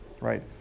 right